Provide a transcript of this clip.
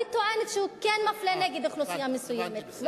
אני טוענת שהוא כן מפלה נגד אוכלוסייה מסוימת,